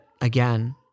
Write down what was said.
again